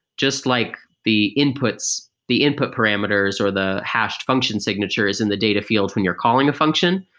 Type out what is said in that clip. just like the inputs, the input parameters or the hashed function signature is in the data field when you're calling a function.